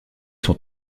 sont